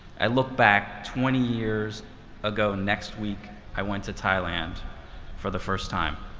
i look back, twenty years ago next week i went to thailand for the first time.